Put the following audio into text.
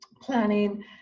planning